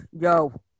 Yo